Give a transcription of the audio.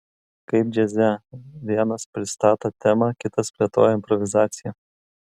kaip džiaze vienas pristato temą kitas plėtoja improvizaciją